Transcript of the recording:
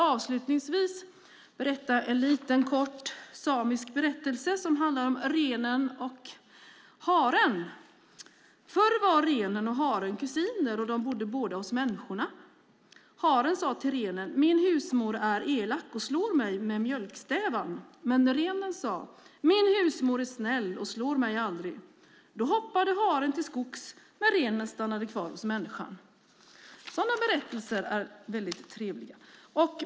Avslutningsvis vill jag berätta en liten samisk berättelse som handlar om renen och haren. Förr var renen och haren kusiner och bodde båda hos människorna. Haren sade till renen: Min husmor är elak och slår mig med mjölkstävan. Men renen sade: Min husmor är snäll och slår mig aldrig. Då hoppade haren till skogs, men renen stannade kvar hos människan. Sådana berättelser är trevliga.